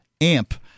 AMP